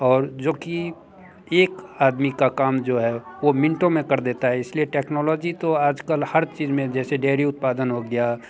और जो कि एक आदमी का काम जो है वो मिन्टों में कर देता है इस लिए टेक्नोलॉजी तो आज कल हर चीज़ में जैसे डेयरी उत्पादन हो गया